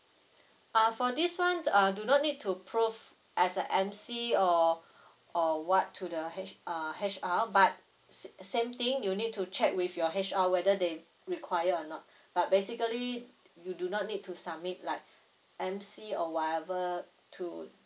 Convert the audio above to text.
uh for this [one] uh do not need to prove as a M_C or or [what] to the H~ uh H_R but s~ same thing you need to check with your H_R whether they require or not but basically you do not need to submit like M_C or whatever to